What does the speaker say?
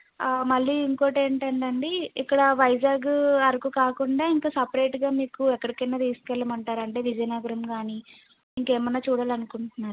మళ్ళీ ఇంకోకటి ఏంటంటే అండి ఇక్కడ వైజాగ్ అరకు కాకుండా ఇంకా సపరేట్గా మీకు ఎక్కడికైనా తీసుకెళ్ళమంటారా అండి విజయనగరం కానీ ఇంకేమైనా చూడాలనుకుంటున్నారా